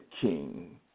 king